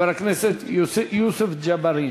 חבר הכנסת יוסף ג'בארין.